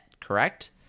correct